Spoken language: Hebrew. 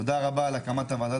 תודה רבה על הקמת הוועדה,